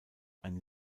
ein